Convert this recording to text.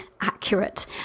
accurate